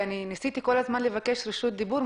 ואני ניסיתי כל הזמן לבקש רשות דיבור,